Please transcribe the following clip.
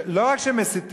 לא רק שמסיתים,